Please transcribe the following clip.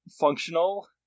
functional